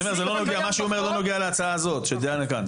מה שהוא אומר לא נוגע להצעה החוק שדנה כאן.